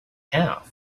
have